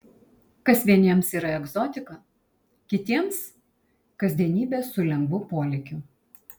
kas vieniems yra egzotika kitiems kasdienybė su lengvu polėkiu